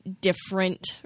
different